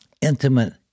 intimate